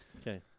Okay